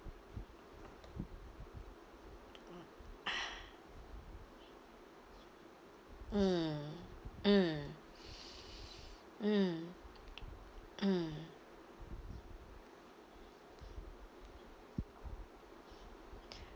mm mm mm mm